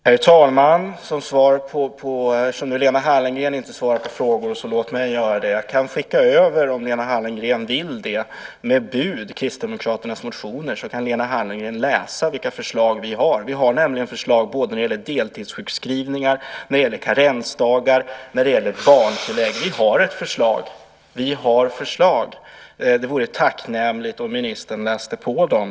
Herr talman! Eftersom Lena Hallengren inte svarar på frågor, så låt mig göra det. Jag kan skicka över, om Lena Hallengren vill det, med bud Kristdemokraternas motioner, så kan Lena Hallengren läsa de förslag vi har. Vi har nämligen förslag när det gäller deltidssjukskrivningar, när det gäller karensdagar och när det gäller barntillägg. Vi har förslag. Det vore tacknämligt om ministern läste på dem.